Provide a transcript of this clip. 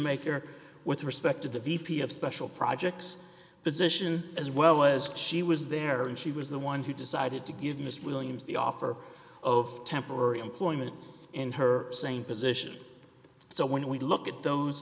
maker with respect to the v p of special projects position as well as she was there and she was the one who decided to give mr williams the offer of temporary employment in her same position so when we look at those